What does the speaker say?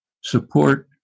support